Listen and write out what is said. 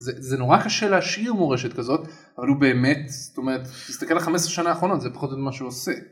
זה נורא קשה להשאיר מורשת כזאת אבל הוא באמת, זאת אומרת תסתכל על 15 שנה האחרונות זה כל מה שהוא עושה.